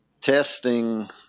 testing